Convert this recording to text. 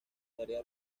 tarea